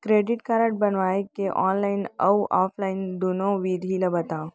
Credit card बनवाए के online अऊ ऑफलाइन दुनो विधि ला बतावव?